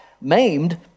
maimed